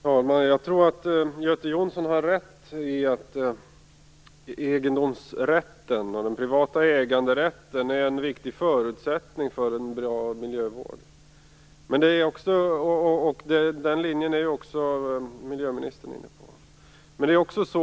Fru talman! Jag tror att Göte Jonsson har rätt i att egendomsrätten och den privata äganderätten är viktiga förutsättningar för en bra miljövård. Den linjen är också miljöministern inne på.